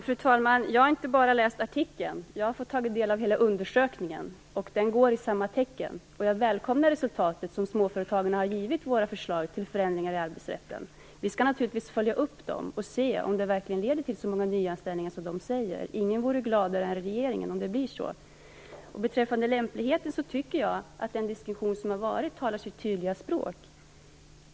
Fru talman! Jag har inte bara läst artikeln utan även fått ta del av hela undersökningen. Den går i samma tecken, och jag välkomnar resultatet hos småföretagarna av våra förslag till förändringar i arbetsrätten. Vi skall naturligtvis följa upp detta och se om de verkligen leder till så många nyanställningar som de säger. Ingen vore gladare än regeringen om det blir så. Beträffande lämpligheten tycker jag att den diskussion som har varit talar sitt tydliga språk.